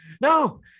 no